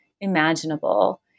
imaginable